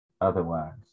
otherwise